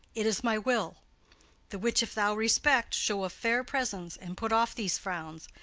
it is my will the which if thou respect, show a fair presence and put off these frowns,